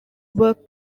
were